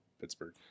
Pittsburgh